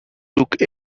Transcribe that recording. took